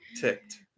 ticked